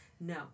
No